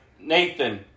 Nathan